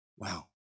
Wow